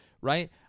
right